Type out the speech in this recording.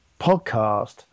podcast